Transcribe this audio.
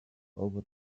over